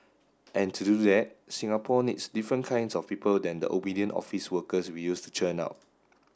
and to do that Singapore needs different kinds of people than the obedient office workers we used to churn out